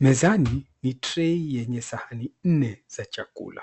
Mezani ni trei yenye sahani nne za chakula